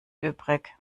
übrig